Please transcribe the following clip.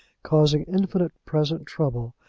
causing infinite present trouble,